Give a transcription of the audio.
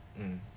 hmm